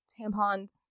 tampons